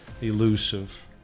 elusive